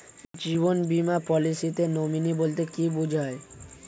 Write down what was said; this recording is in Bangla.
জীবন বীমা পলিসিতে নমিনি বলতে কি বুঝায়?